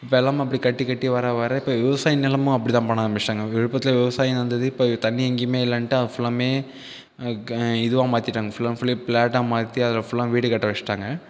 இப்போ எல்லாமே கட்டி கட்டி வர வர இப்போ விவசாய நிலங்களும் அப்படி தான் பண்ண ஆரம்பிச்சுவிட்டாங்க விழுப்புரத்தில் விவசாய வந்தது இப்போ தண்ணி எங்கேயுமே இல்லைன்ட்டு அவங்க ஃபுல்லாமே இதுவாக மாற்றிட்டாங்க ஃபுல்லன் அண்ட் ஃபுல்லி பிளாட்டாக மாற்றி அதெல்லாம் வீடு கட்ட வச்சட்டாங்க